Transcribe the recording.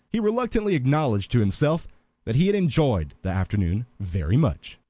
he reluctantly acknowledged to himself that he had enjoyed the afternoon very much.